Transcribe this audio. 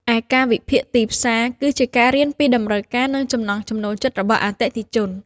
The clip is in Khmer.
ឯការវិភាគទីផ្សារ គឺជាការរៀនពីតម្រូវការ និងចំណង់ចំណូលចិត្តរបស់អតិថិជន។